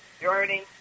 journey